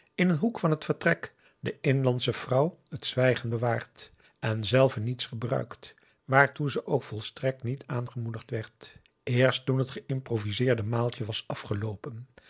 in een hoek van t vertrek de inlandsche vrouw het zwijgen bewaard en zelve niets gebruikt waartoe ze ook volstrekt niet aangemoedigd werd eerst toen het geïmproviseerde maaltje was afgeloopen